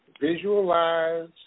visualize